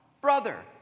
brother